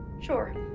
Sure